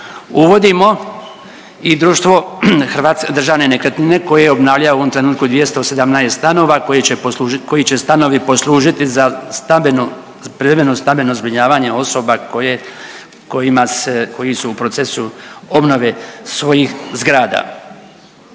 Uvodimo i društvo Državne nekretnine koje obnavljaju u ovom trenutku 217 stanova koji će stanovi poslužiti za privremeno stambeno zbrinjavanje osoba koje kojima se koji su u procesu obnove svojih zgrada.